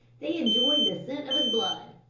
they enjoyed the scent of his blood.